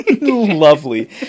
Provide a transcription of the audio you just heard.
Lovely